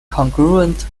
congruent